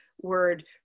word